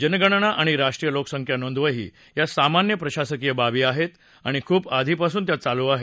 जनगणना आणि राष्ट्रीय लोकसंख्या नोंदवही या सामान्य प्रशासकीय बाबी आहेत आणि खूप आधीपासून त्या चालू आहेत